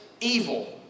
evil